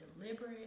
deliberate